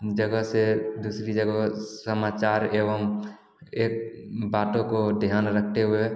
जगह से दूसरी जगह समाचार एवं एक बातों को ध्यान रखते हुए